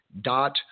dot